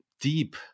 deep